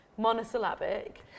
monosyllabic